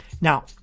Now